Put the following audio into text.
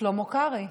שלמה קרעי,